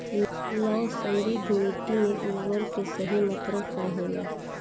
लौह समृद्ध मिट्टी में उर्वरक के सही मात्रा का होला?